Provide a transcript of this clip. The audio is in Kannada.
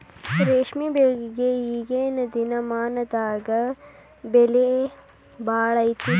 ರೇಶ್ಮೆ ಬೆಳಿಗೆ ಈಗೇನ ದಿನಮಾನದಾಗ ಬೆಲೆ ಭಾಳ ಐತಿ